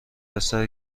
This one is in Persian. پسر